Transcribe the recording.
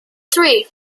three